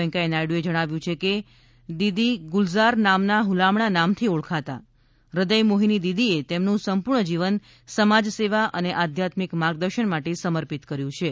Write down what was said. વેકૈંયા નાયડુએ જણાવ્યું છે કે દીદી ગુલઝાર નામના હ્લામણા નામથી ઓળખાતા હૃદય મોફીની દીદીએ તેમનું સંપૂર્ણ જીવન સમાજ સેવા આધ્યાત્મિક માર્ગદર્શન માટે સમર્પિત કર્યું હતું